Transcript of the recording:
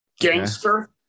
Gangster